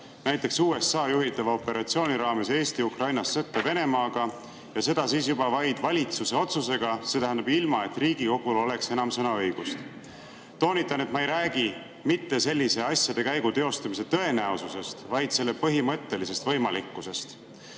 näiteks USA juhitava operatsiooni raames Eesti Ukrainas sõtta Venemaaga ja seda siis juba vaid valitsuse otsusega, see tähendab, ilma et Riigikogul oleks sõnaõigust? Toonitan, et ma ei räägi mitte asjade sellise käigu teostumise tõenäosusest, vaid selle põhimõttelisest võimalikkusest.